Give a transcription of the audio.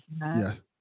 Yes